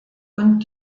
und